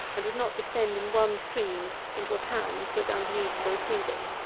and would not descend in one stream into a pan, put underneath to receive it.